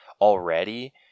already